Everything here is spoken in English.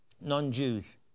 non-Jews